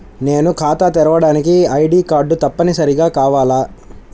నేను ఖాతా తెరవడానికి ఐ.డీ కార్డు తప్పనిసారిగా కావాలా?